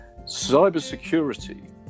Cybersecurity